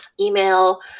email